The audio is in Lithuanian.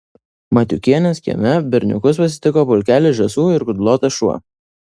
matiukienės kieme berniukus pasitiko pulkelis žąsų ir kudlotas šuo